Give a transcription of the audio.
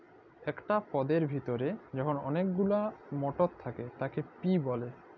একট পদের ভিতরে যখল অলেক গুলান মটর থ্যাকে তাকে পি ব্যলে